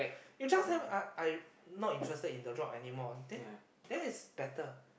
you just tell me I'm I'm not interested in the job anymore then that is better